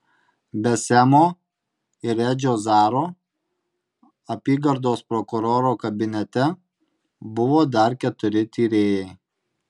be semo ir edžio zaro apygardos prokuroro kabinete buvo dar keturi tyrėjai